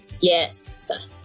yes